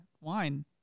wine